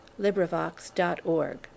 LibriVox.org